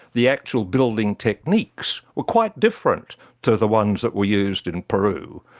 the actual building techniques were quite different to the ones that were used in peru.